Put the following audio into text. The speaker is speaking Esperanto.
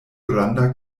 granda